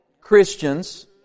Christians